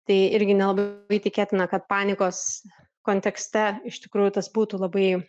tai irgi nelabai tikėtina kad panikos kontekste iš tikrųjų tas būtų labai